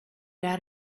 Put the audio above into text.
out